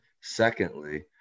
Secondly